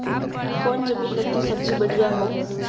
कौन जमीन लत्ती सब्जी बढ़िया हों?